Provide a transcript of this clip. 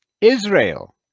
Israel